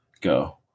go